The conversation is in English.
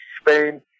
Spain